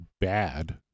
bad